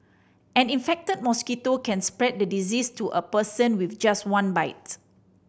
an infected mosquito can spread the disease to a person with just one bite